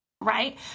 Right